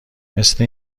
مثه